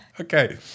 okay